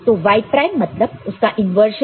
तो Y prime मतलब उसका इंवर्जन